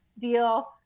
deal